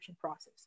process